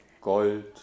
Gold